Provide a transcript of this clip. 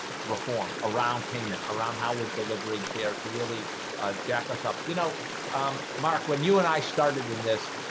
reform around payment around how we're delivering care to really jack us up, you know um mark, when you and i started in this,